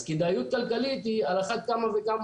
אז כדאיות כלכלית היא על אחת כמה וכמה